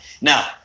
Now